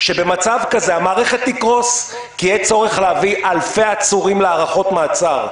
שבמצב כזה המערכת תקרוס כי יהיה צורך להביא אלפי עצורים להארכות מעצר,